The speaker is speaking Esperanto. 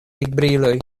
ekbriloj